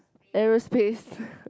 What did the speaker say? aerospace